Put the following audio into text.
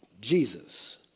Jesus